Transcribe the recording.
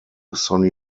sonny